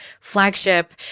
flagship